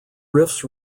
riffs